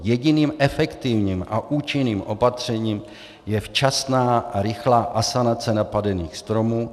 Jediným efektivním a účinným opatřením je včasná a rychlá asanace napadených stromů.